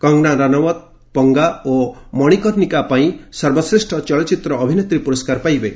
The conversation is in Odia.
କଙ୍ଗନା ରାନାବତ୍ 'ପଙ୍ଗା' ଓ 'ମଣିକର୍ଷିକା' ପାଇଁ ସର୍ବଶ୍ରେଷ୍ଠ ଚଳଚ୍ଚିତ୍ର ଅଭିନେତ୍ରୀ ପୁରସ୍କାର ପାଇବେ